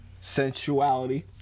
sensuality